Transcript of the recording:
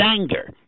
anger